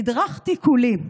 נדרכתי כולי.